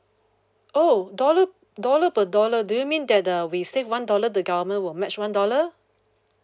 oh dollar dollar per dollar do you mean that the we save one dollar the government will match one dollar